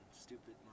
stupid